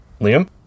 Liam